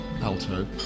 alto